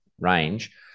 range